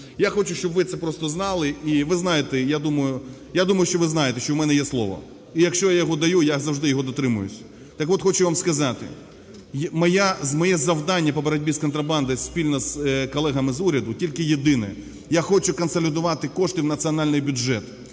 Я хочу, щоб ви це просто знали, і ви знаєте, я думаю… я думаю, що ви знаєте, що у мене є слово. І якщо я його даю, я завжди його дотримуюсь. Так-от хочу вам сказати, моє завдання по боротьбі з контрабандою спільно з колегами з уряду тільки єдине: я хочу консолідувати кошти в національний бюджет.